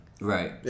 Right